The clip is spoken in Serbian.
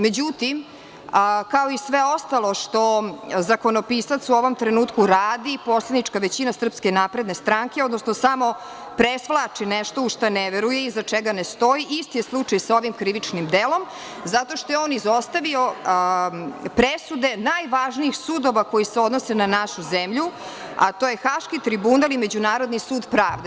Međutim, kao i sve ostalo što zakonopisac u ovom trenutku radi, poslanička većina SNS, odnosno samo presvlači nešto u šta ne veruje, iza čega ne stoji, i isti je slučaj sa ovim krivičnim delom, zato što je on izostavio presude najvažnijih sudova koji se odnose na našu zemlju, a to je Haški tribunal i Međunarodni sud pravde.